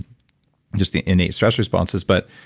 just the innate stress responses. but,